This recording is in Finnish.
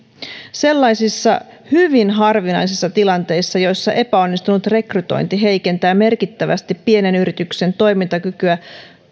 sellaisissa hyvin harvinaisissa tilanteissa joissa epäonnistunut rekrytointi heikentää merkittävästi pienen yrityksen toimintakykyä